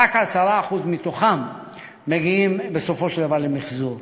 ורק 10% מהן מגיעות בסופו של דבר למיחזור.